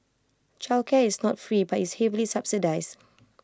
childcare is not free but is heavily subsidised